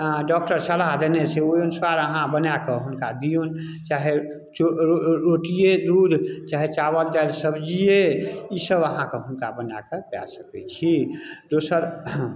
अऽ डॉक्टर सलाह देने छै ओइ अनुसार अहाँ बनाकऽ हुनका दियौन चाहे रो रो रोटीये दूध चाहे चावल चाहे सब्जिये ई सभ अहाँके हुनका बनाकऽ दए सकै छी दोसर